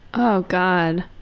oh god.